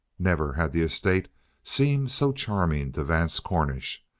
never had the estate seemed so charming to vance cornish,